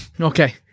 Okay